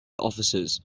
office